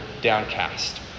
downcast